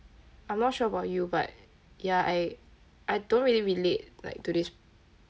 I'm not sure about you but ya I I don't really relate like to this